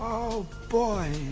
oh boy!